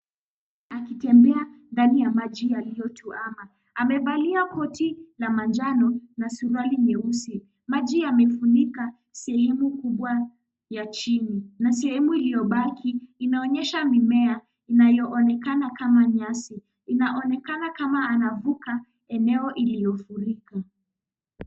Akitembea ndani ya maji yaliyotuwama amevalia koti la manjano na suruali nyeusi. Maji yamefunika sehemu kubwa ya chini na sehemu iliyobaki inaonyesha mimea inayoonekana kama nyasi inaonekana kama anavuka eneo iliyofurika.